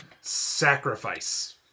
Sacrifice